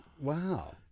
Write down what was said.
Wow